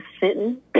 sitting